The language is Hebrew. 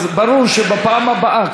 אז ברור שבפעם הבאה,